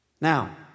Now